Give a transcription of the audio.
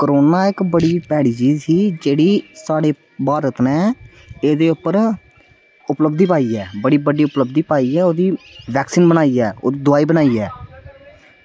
corona इक बड़ी भैड़ी चीज ही जेह्ड़ी साढ़े भारत ने एह्दे उप्पर उपलब्धी पाई ऐ बड़ी बड्डी उपलब्धी पाई ऐ वैक्सीन बनाई ऐ ओह् दोआई बनाई ऐ